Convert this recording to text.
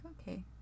Okay